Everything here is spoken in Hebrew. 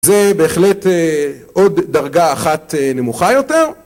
זה בהחלט עוד דרגה אחת נמוכה יותר.